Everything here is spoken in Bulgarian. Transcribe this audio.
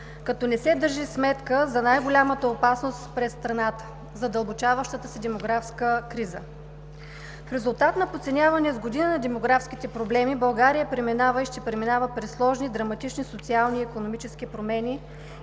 като не се държи сметка за най-голямата опасност пред страната – задълбочаващата се демографска криза. В резултат на подценяване с години на демографските проблеми България преминава и ще преминава през сложни, драматични, социални и икономически промени.